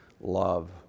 love